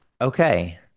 Okay